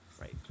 Right